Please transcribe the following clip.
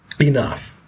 enough